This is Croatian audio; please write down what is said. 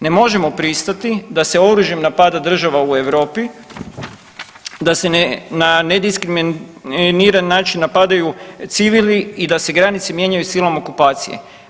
Ne možemo pristati da se oružjem napada država u Europi, da se ne na nediskriminiran način napadaju civili i da se granice mijenjaju silom okupacije.